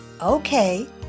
Okay